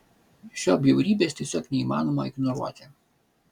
šio bjaurybės tiesiog neįmanoma ignoruoti